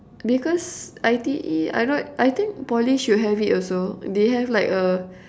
because I_T_E I not I think Poly should have it also they have like a